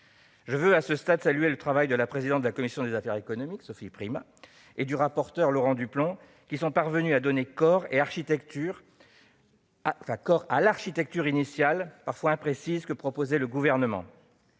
Je veux saluer le travail de la présidente de la commission des affaires économiques, Sophie Primas, et celui de notre rapporteur, Laurent Duplomb, qui sont parvenus à donner corps à l'architecture initiale, parfois imprécise, que proposait le Gouvernement.